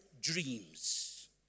dreams